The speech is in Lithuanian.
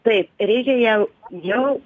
taip reikia ją jau